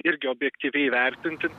irgi objektyviai vertinti